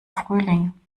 frühling